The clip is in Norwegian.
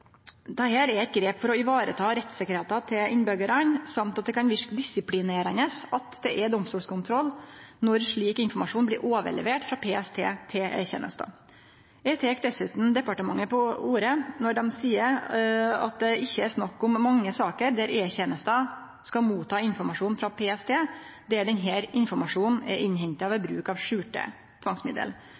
er eit grep for å vareta rettssikkerheita til innbyggjarane, samt at det kan verke disiplinerande at det er domstolskontroll når slik informasjon blir overlevert frå PST til E-tenesta. Eg tek dessutan departementet på ordet når dei seier at det ikkje er snakk om mange saker der E-tenesta skal ta imot informasjon frå PST der denne informasjonen er innhenta ved bruk av skjulte tvangsmiddel.